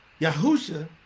Yahusha